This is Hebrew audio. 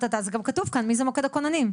וזה גם כתוב כאן מי זה מוקד הכוננים.